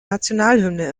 nationalhymne